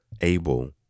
able